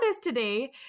today